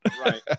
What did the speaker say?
right